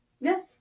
Yes